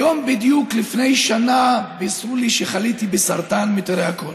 היום בדיוק לפני שנה בישרו לי שחליתי בסרטן מיתרי הקול.